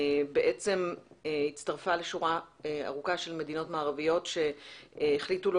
היא הצטרפה לשורה ארוכה של מדינות מערביות שהחליטו לא